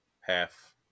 half